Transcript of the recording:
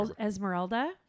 Esmeralda